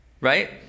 right